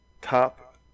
top